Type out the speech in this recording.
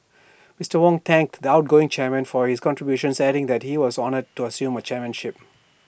Mister Wong thanked the outgoing chairman for his contributions adding that he was honoured to assume chairmanship